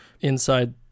inside